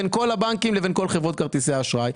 בין כל הבנקים לביון כל חברות כרטיסי האשראי.